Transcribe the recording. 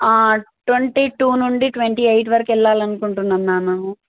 twenty two నుండి twenty eight వరకు వెళ్ళాలి అనుకుంటున్నాం మ్యామ్ మేము